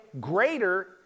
greater